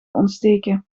ontsteken